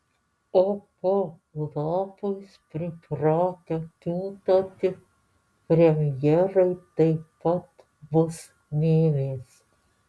o po lapais pripratę kiūtoti premjerai taip pat bus mėmės